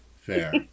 Fair